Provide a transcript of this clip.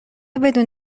بدون